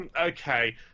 okay